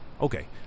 Okay